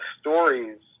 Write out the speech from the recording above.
stories